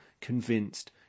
convinced